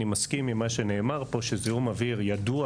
אני מסכים עם מה שנאמר פה שזיהום אוויר ידוע